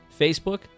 Facebook